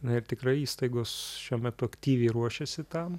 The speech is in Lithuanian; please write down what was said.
na ir tikrai įstaigos šiuo metu aktyviai ruošiasi tam